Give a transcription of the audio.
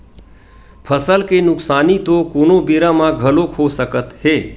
फसल के नुकसानी तो कोनो बेरा म घलोक हो सकत हे